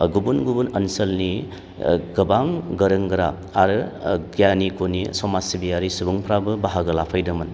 गुबुन गुबुन ओनसोलनि गोबां गोरों गोरा आरो गियानि गुनि समाज सिबियारि सुबुंफ्राबो बाहागो लाफैदोंमोन